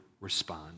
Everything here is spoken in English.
respond